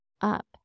up